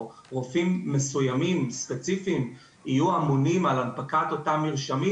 או רופאים מסוימים ספציפיים יהיו אמונים על הנפקת אותם מרשמים,